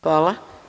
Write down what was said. Hvala.